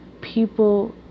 People